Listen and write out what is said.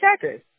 checkers